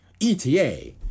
ETA